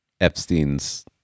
Epstein's